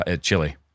Chile